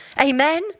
Amen